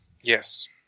Yes